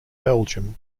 belgium